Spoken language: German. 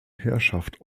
herrschaft